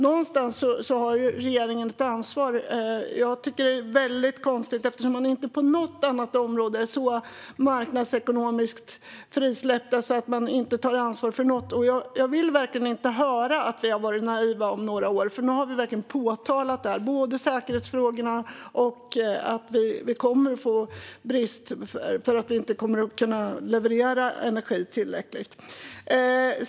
Någonstans har ju regeringen ett ansvar. Jag tycker att detta är väldigt konstigt; inte på något annat område är man så marknadsekonomiskt frisläppt att man inte tar ansvar för något. Jag vill verkligen inte höra från er om några år att ni har varit naiva, för nu har vi verkligen påtalat det här. Det gäller både säkerhetsfrågorna och att vi kommer att få brist för att vi inte kommer att kunna leverera tillräckligt med energi.